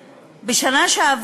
בבקשה,